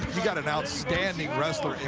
he got an outstanding